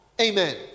Amen